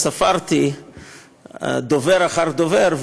ספרתי דובר אחר דובר,